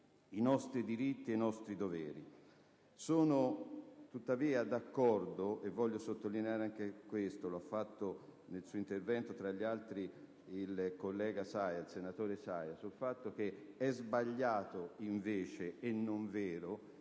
i nostri diritti e i nostri doveri. Sono tuttavia d'accordo (voglio sottolineare anche questo aspetto, come ha fatto nel suo intervento tra gli altri anche il senatore Saia) che è sbagliato invece, e non vero,